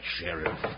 Sheriff